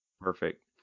Perfect